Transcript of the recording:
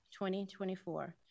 2024